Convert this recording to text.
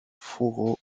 fourreau